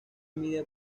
mide